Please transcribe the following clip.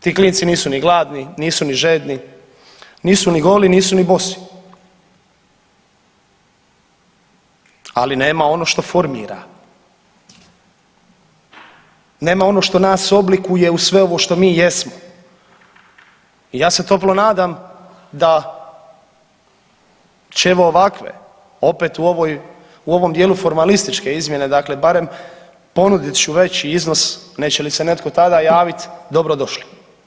Ti klinci nisu ni gladni, nisu ni žedni, nisu ni goli, nisu ni bosi, ali nema ono što formira, nema ono što nas oblikuje u sve ovo što mi jesmo i ja se toplo nadam da ćemo ovakve opet u ovoj u ovom dijelu formalističke izmjene dakle barem ponudit ću veći iznos neće li se netko tada javit, dobro došli.